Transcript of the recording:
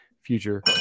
future